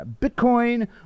Bitcoin